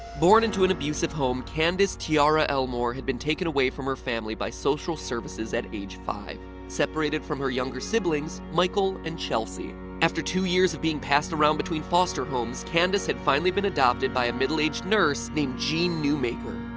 born into an abusive home, candace tiara elmore had been taken away from her family by social services at age five, separated from her younger siblings, michael and chelsea. after two years of being passed around between foster homes, candace had finally been adopted by a middle-aged nurse named jeane newmaker.